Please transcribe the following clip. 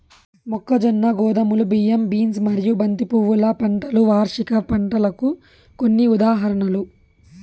మొక్కజొన్న, గోధుమలు, బియ్యం, బీన్స్ మరియు బంతి పువ్వుల పంటలు వార్షిక పంటలకు కొన్ని ఉదాహరణలు